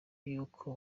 y’uko